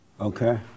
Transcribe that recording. Okay